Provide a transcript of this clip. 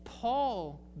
Paul